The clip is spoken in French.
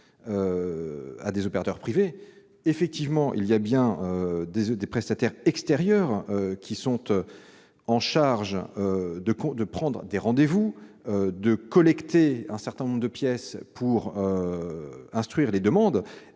à des opérateurs privés. Certes, des prestataires extérieurs sont chargés de prendre des rendez-vous et de collecter un certain nombre de pièces pour instruire les demandes.